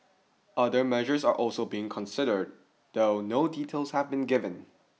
other measures are also being considered though no details have been given